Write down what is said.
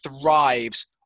thrives